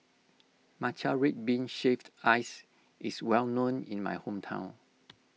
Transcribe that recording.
Matcha Red Bean Shaved Ice is well known in my hometown